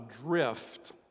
drift